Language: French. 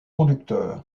conducteur